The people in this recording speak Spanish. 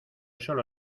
solo